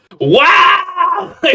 wow